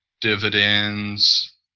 dividends